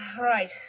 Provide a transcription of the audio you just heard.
right